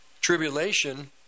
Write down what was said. tribulation